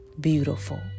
beautiful